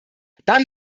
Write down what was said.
dann